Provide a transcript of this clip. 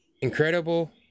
incredible